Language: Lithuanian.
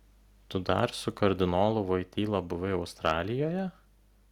tu dar su kardinolu voityla buvai australijoje